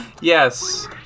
Yes